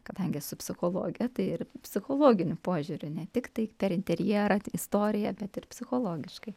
kadangi esu psichologė tai ir psichologiniu požiūriu ne tiktai per interjerą istoriją bet ir psichologiškai